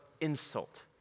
insult